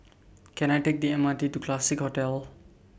Can I Take The M R T to Classique Hotel